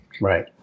Right